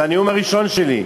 זה הנאום הראשון שלי.